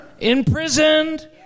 imprisoned